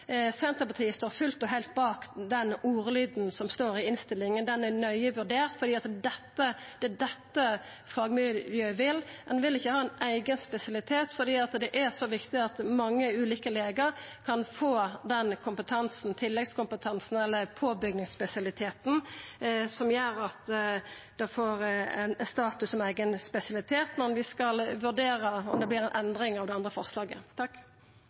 Senterpartiet står fullt og heilt bak ordlyden som står i innstillinga. Han er nøye vurdert, for det er dette fagmiljøet vil. Ein vil ikkje ha ein eigen spesialitet, for det er så viktig at mange ulike legar kan få den tilleggskompetansen eller påbyggingsspesialiteten som gjer at det får status som eigen spesialitet. Men vi skal vurdera om det vert ei endring av det andre forslaget.